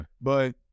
But-